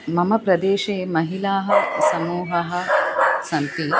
मम प्रदेशे महिलासमूहाः सन्ति